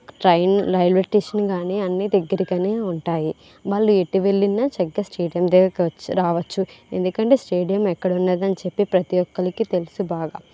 train railway station కాని అన్ని దగ్గరగానే ఉంటాయి వాళ్ళు ఎటు వెళ్ళినా చక్కగా స్టేడియం దగ్గరికి రావచ్చు ఎందుకంటే స్టేడియం ఎక్కడ ఉన్నాదని చెప్పే ప్రతి ఒక్కరికి తెలుసు బాగా